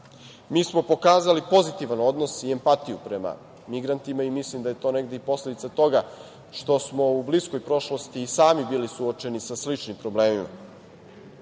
smo pokazali pozitivan odnos i empatiju prema migrantima i mislim da je to negde i posledica toga što smo u bliskoj prošlosti i sami bili suočeni sa sličnim